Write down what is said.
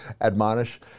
Admonish